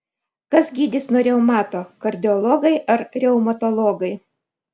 kas gydys nuo reumato kardiologai ar reumatologai